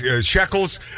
shekels